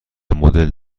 مدل